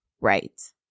right